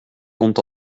vont